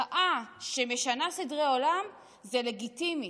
מחאה שמשנה סדרי עולם, זה לגיטימי.